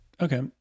Okay